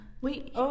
Wait